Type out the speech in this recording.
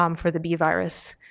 um for the b virus.